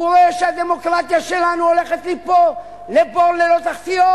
הוא רואה שהדמוקרטיה שלנו הולכת ליפול לבור ללא תחתית,